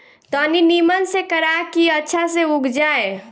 तनी निमन से करा की अच्छा से उग जाए